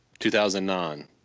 2009